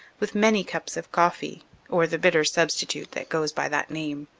with many cups of coffee or the bitter substitute that goes by that name.